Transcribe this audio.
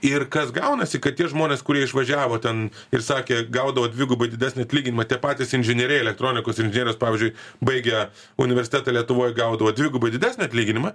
ir kas gaunasi kad tie žmonės kurie išvažiavo ten ir sakė gaudavo dvigubai didesnį atlyginimą tie patys inžinieriai elektronikos inžinierius pavyzdžiui baigę universitetą lietuvoj gaudavo dvigubai didesnį atlyginimą